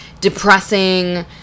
depressing